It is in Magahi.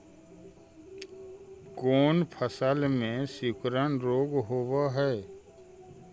कोन फ़सल में सिकुड़न रोग होब है?